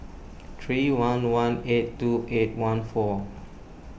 three one one eight two eight one four